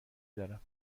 دارم